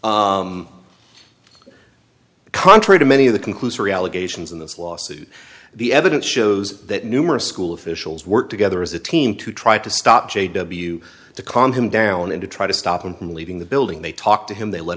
or contrary to many of the conclusory allegations in this lawsuit the evidence shows that numerous school officials work together as a team to try to stop j w to calm him down and to try to stop him from leaving the building they talked to him they let